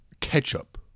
ketchup